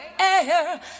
air